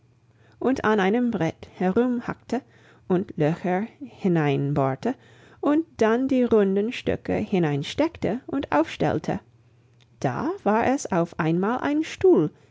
und an einem brett herumhackte und löcher hineinbohrte und dann die runden stöcke hineinsteckte und aufstellte da war es auf einmal ein stuhl